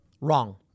wrong